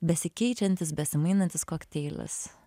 besikeičiantis besimainantis kokteilis